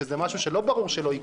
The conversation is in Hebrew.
שזה משהו שלא ברור שלא יקרה,